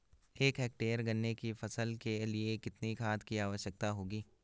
एक हेक्टेयर गन्ने की फसल के लिए कितनी खाद की आवश्यकता होगी?